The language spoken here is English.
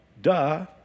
duh